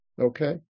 okay